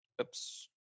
Oops